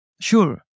Sure